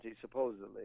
supposedly